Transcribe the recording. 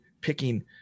picking